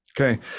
Okay